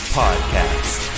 podcast